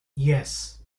yes